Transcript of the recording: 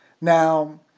Now